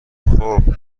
خوب